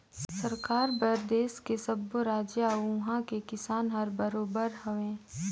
सरकार बर देस के सब्बो रायाज अउ उहां के किसान हर बरोबर हवे